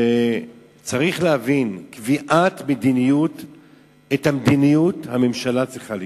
צריך להבין: את המדיניות הממשלה צריכה לקבוע.